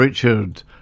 Richard